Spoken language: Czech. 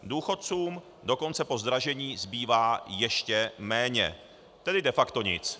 Důchodcům dokonce po zdražení zbývá ještě méně, tedy de facto nic.